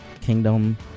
kingdom